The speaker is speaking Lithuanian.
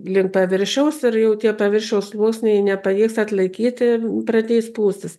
link paviršiaus ir tie paviršiaus sluoksnio nepajėgs atlaikyti pradės pūstis